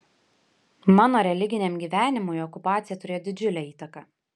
mano religiniam gyvenimui okupacija turėjo didžiulę įtaką